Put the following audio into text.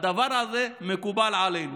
הדבר הזה מקובל עלינו.